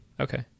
okay